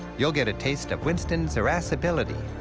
you'll get a taste of winston's irascibility,